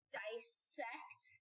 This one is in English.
dissect